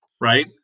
right